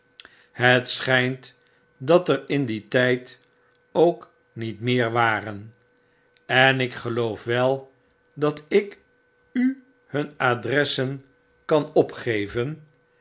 het schynt dat er in dien tijd ook niet meer waren en ik geloof weldatiku hun adressen kan opgeven